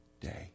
day